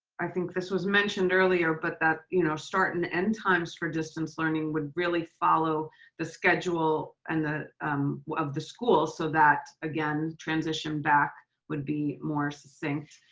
i think this was mentioned earlier, but that you know start and end times for distance learning would really follow the schedule and um of the school so that again, transition back would be more succinct.